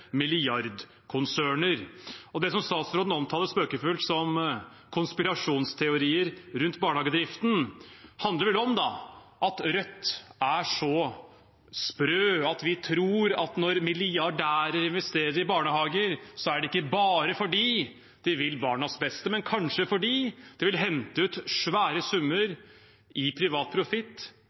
milliardkonserner. Det som statsråden spøkefullt omtaler som «konspirasjonsteoriene rundt barnehagedriften», handler vel om at Rødt er så sprø at vi tror at når milliardærer investerer i barnehager, er det ikke bare fordi de vil barnas beste, men kanskje fordi de vil hente ut svære summer i privat profitt